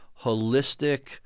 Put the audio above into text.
holistic